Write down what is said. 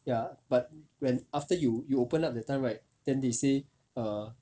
ya but when after you you open up that time right then they said err